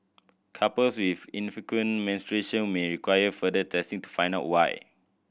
couples with infrequent menstruation may require further testing to find out why